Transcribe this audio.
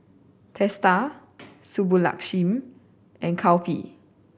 Teesta Subbulakshmi and Kapil